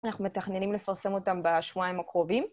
אנחנו מתכננים לפרסם אותם בשבועיים הקרובים.